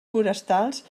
forestals